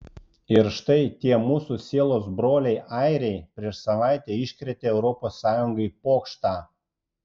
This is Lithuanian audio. ir štai tie mūsų sielos broliai airiai prieš savaitę iškrėtė europos sąjungai pokštą